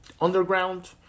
underground